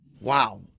Wow